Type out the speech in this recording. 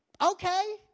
okay